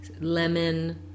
lemon